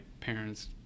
parents